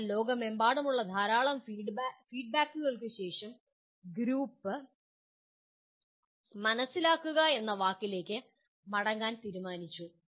എന്നാൽ ലോകമെമ്പാടുമുള്ള ധാരാളം ഫീഡ് ബാക്കുകൾക്ക് ശേഷം ഗ്രൂപ്പ് അവർ മനസ്സിലാക്കുക എന്ന വാക്കിലേക്ക് മടങ്ങാൻ തീരുമാനിച്ചു